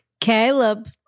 Caleb